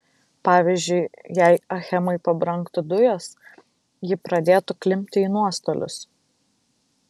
pavyzdžiui jei achemai pabrangtų dujos ji pradėtų klimpti į nuostolius